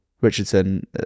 Richardson